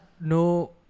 no